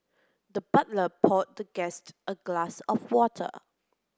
the butler poured the guest a glass of water